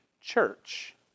church